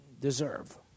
deserve